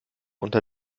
unter